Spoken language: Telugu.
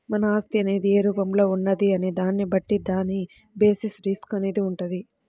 మన ఆస్తి అనేది ఏ రూపంలో ఉన్నది అనే దాన్ని బట్టి దాని బేసిస్ రిస్క్ అనేది వుంటది